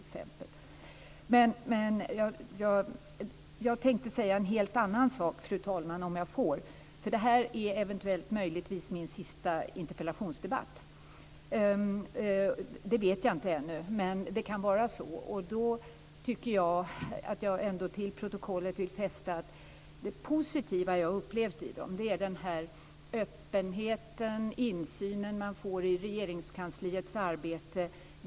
Jag tänkte egentligen säga en helt annan sak. Detta är troligen min sista interpellationsdebatt. Därför vill jag till protokollet fästa att det positiva som jag har upplevt i dessa interpellationsdebatter är denna öppenhet och den insyn som man får i Regeringskansliets arbete.